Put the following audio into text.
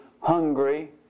hungry